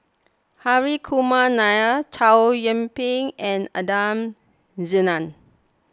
Hri Kumar Nair Chow Yian Ping and Adan Jimenez